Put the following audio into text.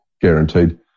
Guaranteed